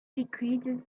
decreases